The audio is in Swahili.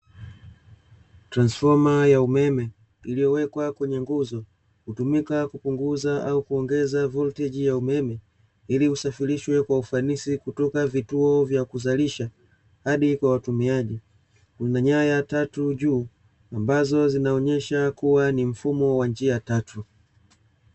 Transfoma ya umeme iliyowekwa kwenye nguzo, hutumika kupunguza au kuongeza volteji ya umeme, ili usafirishwe kwa ufanisi kutoka vituo vya kuzalisha hadi kwa watumiaji. Kuna nyaya tatu juu, ambazo zinaonyesha kuwa ni mfumo wa njia tatu.